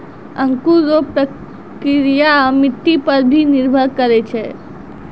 अंकुर रो प्रक्रिया मट्टी पर भी निर्भर करै छै